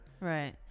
Right